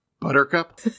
Buttercup